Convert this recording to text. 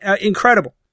incredible